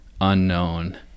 unknown